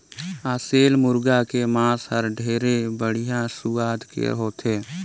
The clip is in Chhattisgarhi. असेल मुरगा के मांस हर ढेरे बड़िहा सुवाद के होथे